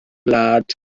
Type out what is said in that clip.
gwlad